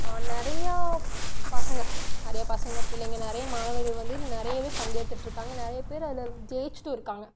நிறையா பசங்க நிறையா பசங்க பிள்ளைங்க நிறையா மாணவர்கள் வந்து நிறையாவே பங்கேற்றுட்டு இருக்காங்க நிறையா பேர் அதில் ஜெய்ச்சிட்டும் இருக்காங்க